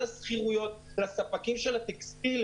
לספקים של הטקסטיל.